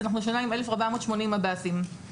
השנה אנחנו עם 1,480 מב"סים.